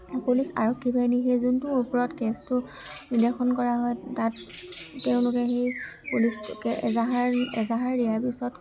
police আৰক্ষী বাহিনী সেই যোনটোৰ ওপৰত কেছটো কৰা হয় তাত তেওঁলোকে সেই পুলিচটোকে এজাহাৰ এজাহাৰ দিয়াৰ পিছত